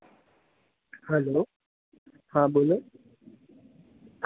hello હા બોલો